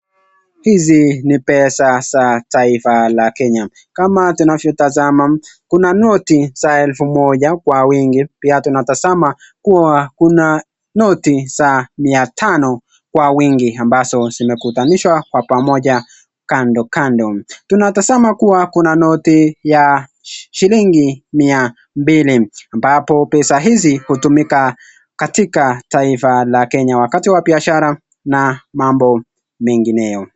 Hizi ni pesa za taifa ya kenya kama unavyotazama kuna noti za elfu moja kwa wingi pia tunatazama kuwa kuna noti za mia tano kwa wingi ambazo zimekutanishwa kwa pamoja kando kando tunatazama kuwa kuna noti ya shilingi mia mbili ambapo pesa hizi hutumika katika taifa la kenya wakati wa biashara na mambo mengineo.